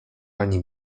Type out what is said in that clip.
ani